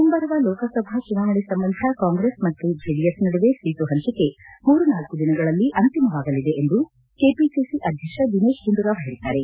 ಮುಂಬರುವ ಲೋಕಸಭಾ ಚುನಾವಣೆ ಸಂಬಂಧ ಕಾಂಗ್ರೆಸ್ ಮತ್ತು ಜೆಡಿಎಸ್ ನಡುವೆ ಸೀಟು ಹಂಚಿಕೆ ಮೂರು ನಾಲ್ಕು ದಿನಗಳಲ್ಲಿ ಅಂತಿಮವಾಗಲಿದೆ ಎಂದು ಕೆಪಿಸಿಸಿ ಅಧ್ಯಕ್ಷ ದಿನೇಶ್ ಗುಂಡೂರಾವ್ ಹೇಳಿದ್ದಾರೆ